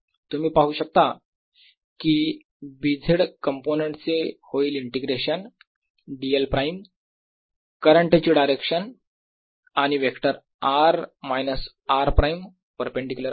तुम्ही पाहू शकता की B z कंपोनेंट चे होईल इंटिग्रेशन dl प्राईम करंट ची डायरेक्शन आणि vector r minus r prime perpendicular आहेत